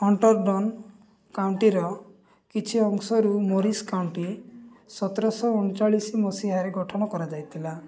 ହଣ୍ଟର୍ଡ଼ନ୍ କାଉଣ୍ଟିର କିଛି ଅଂଶରୁ ମୋରିସ୍ କାଉଣ୍ଟି ସତର ଶହ ଅଣଚାଳିଶି ମସିହାରେ ଗଠନ କରାଯାଇଥିଲା